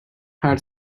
had